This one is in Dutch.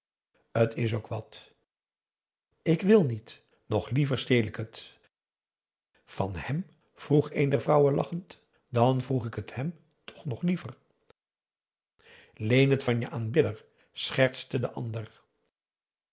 het is ook wat ik wil niet nog liever steel ik het van hem vroeg een der vrouwen lachend dan vroeg ik het hem toch nog liever leen het van je aanbidder schertste de andere